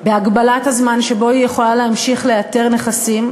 הגבלת הזמן שבו היא יכולה להמשיך לאתר נכסים,